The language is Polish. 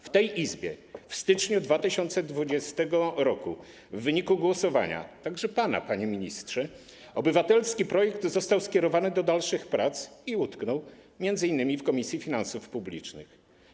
W tej Izbie w styczniu 2020 r. w wyniku głosowania - także pana, panie ministrze - obywatelski projekt został skierowany do dalszych prac i utknął, m.in. w Komisji Finansów Publicznych.